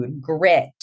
grit